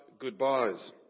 goodbyes